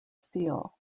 stele